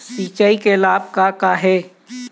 सिचाई के लाभ का का हे?